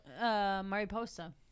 mariposa